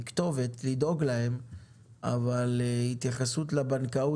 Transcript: כתובת לכתוב להם אבל התייחסות לבנקאות,